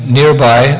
nearby